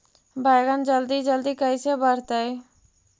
बैगन जल्दी जल्दी कैसे बढ़तै?